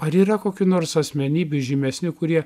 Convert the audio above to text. ar yra kokių nors asmenybių žymesnių kurie